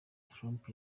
trump